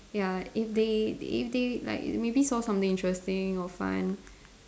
ya if they if they like maybe saw something interesting or fun